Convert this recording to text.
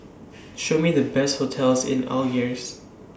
Show Me The Best hotels in Algiers